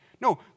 No